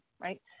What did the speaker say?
right